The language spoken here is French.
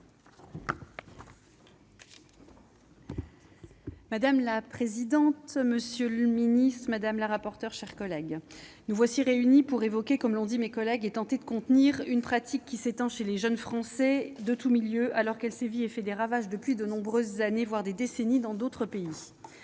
Madame la présidente, monsieur le secrétaire d'État, chers collègues, nous voici réunis pour évoquer et tenter de contenir une pratique qui s'étend chez les jeunes Français de tous les milieux, alors qu'elle sévit et fait des ravages depuis de nombreuses années, voire des décennies, dans d'autres pays.